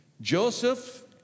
Joseph